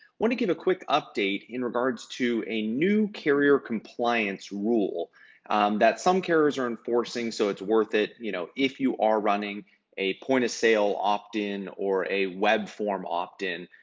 want to give a quick update in regards to a new carrier compliance rule that some carriers are enforcing, so it's worth it, you know, if you are running a point of sale opt-in or a web form opt-in,